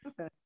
okay